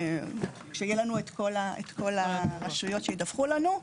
כשיהיו לנו את כל הרשויות שידווחו לנו.